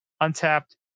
Untapped